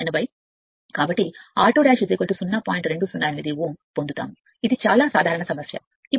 208 ఓం చాలా సాధారణ సమస్య చాలా సాధారణ సమస్య వస్తుంది